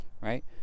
right